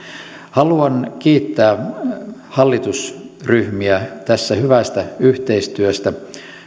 haluan kiittää hallitusryhmiä tässä hyvästä yhteistyöstä